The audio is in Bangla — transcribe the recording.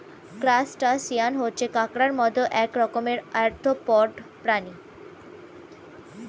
ক্রাস্টাসিয়ান হচ্ছে কাঁকড়ার মত এক রকমের আর্থ্রোপড প্রাণী